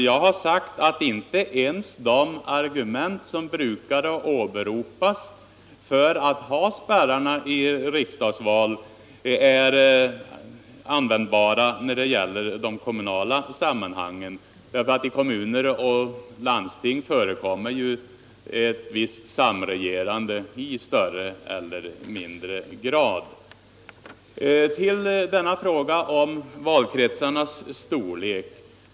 Jag har sagt att inte ens de argument som brukar åberopas för att ha spärrar i riksdagsval är användbara när det gäller de kommunala sammanhangen, därför att i kommuner och landsting förekommer samregerande i större eller mindre utsträckning. Så till frågan om valkretsarnas storlek.